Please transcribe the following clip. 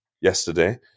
yesterday